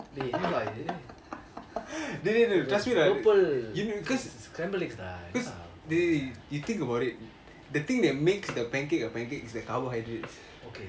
dei enna da ithu purple scrambled eggs da ennada